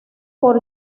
por